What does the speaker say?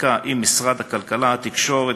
החקיקה עם משרדי הכלכלה, התקשורת,